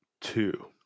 two